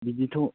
बिदिथ'